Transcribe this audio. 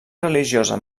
religiosa